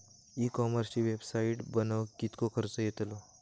E कॉमर्सची website बनवक किततो खर्च येतलो?